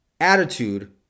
attitude